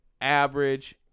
average